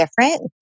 different